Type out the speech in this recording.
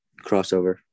Crossover